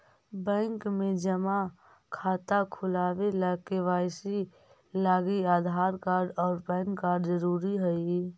bank में जमा खाता खुलावे ला के.वाइ.सी लागी आधार कार्ड और पैन कार्ड ज़रूरी हई